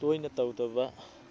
ꯇꯣꯏꯅ ꯇꯧꯗꯕ